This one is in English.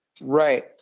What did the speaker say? Right